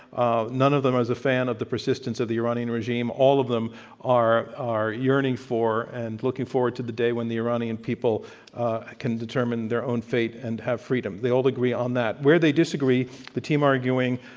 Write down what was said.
none of them is a fan of the persistence of the iranian regime. all of them are are yearning for and looking forward to the day when the iranian people ah can determine their own fate and have freedom. they all agree on that. where they disagree, the team arguing